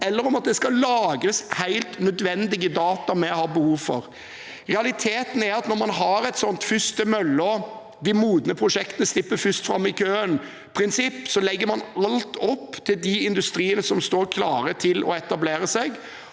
eller om det skal lagres helt nødvendige data vi har behov for. Realiteten er at når man har et sånt først-til-møllaprinsipp, der de modne prosjektene slipper først fram i køen, legger man alt opp til de industriene som står klare til å etablere seg.